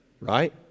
right